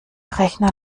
rechner